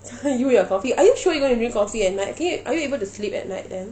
you and your coffee are you sure you going to drink coffee and night can you are you able to sleep at night then